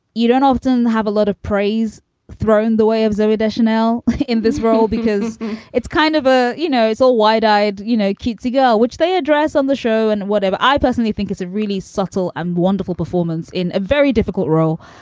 you don't often have a lot of praise thrown the way of zmuda chanel in this role, because it's kind of a you know, it's all wide eyed, you know, cutesy girl, which they address on the show and whatever. i personally think it's a really subtle and wonderful performance in a very difficult role.